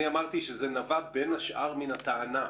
אני אמרתי שזה נבע בין השאר מהטענה.